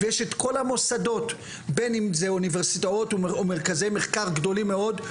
ויש את כל המוסדות בין אם זה אוניברסיטאות או מרכזי מחקר גדולים מאוד,